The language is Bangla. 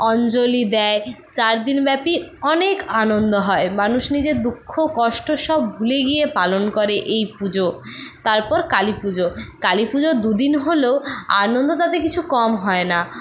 অঞ্জলি দেয় চার দিন ব্যাপী অনেক আনন্দ হয় মানুষ নিজের দুঃখ কষ্ট সব ভুলে গিয়ে পালন করে এই পুজো তারপর কালীপুজো কালীপুজো দু দিন হলেও আনন্দ তাতে কিছু কম হয় না